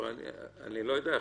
אני לא יודע.